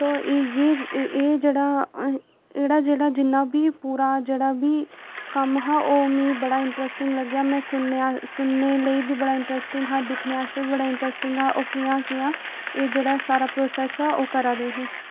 तो एह् जेह्ड़ा जिन्ना बी कम्म हा ओह् मिगी बड़ा इंटरैस्टिंग दिलचस्प लग्गेआ सुनने लेई बी बड़ा इंटरैस्टिंग दिलचस्प हा दिक्खने आस्तै बी बड़ा इंटरैस्टिंग दिलचस्प हा ओह् कि'यां कि'यां एह् जेहड़ा सारा प्रोसैस हा ओह् करै दे हे